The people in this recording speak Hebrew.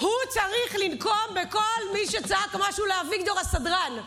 הוא צריך לנקום בכל מי שצעק משהו לאביגדור הסדרן.